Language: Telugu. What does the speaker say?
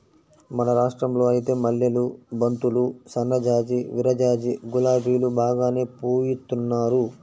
మన రాష్టంలో ఐతే మల్లెలు, బంతులు, సన్నజాజి, విరజాజి, గులాబీలు బాగానే పూయిత్తున్నారు